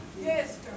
Yes